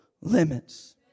limits